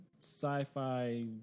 sci-fi